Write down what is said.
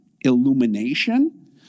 illumination